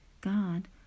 God